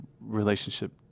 relationship